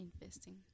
investing